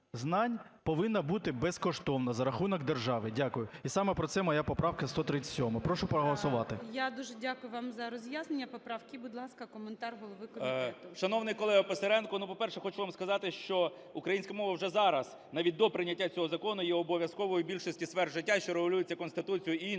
знань повинно бути безкоштовним, за рахунок держави. Дякую. І саме про це моя поправка 137. Прошу проголосувати. ГОЛОВУЮЧИЙ. Я дуже дякую вам за роз'яснення поправки. І, будь ласка, коментар голови комітету. 11:11:35 КНЯЖИЦЬКИЙ М.Л. Шановний колего Писаренко, ну, по-перше, хочу вам сказати, що українська мова вже зараз, навіть до прийняття цього закону, є обов'язковою у більшості сфер життя, що регулюються Конституцією і іншими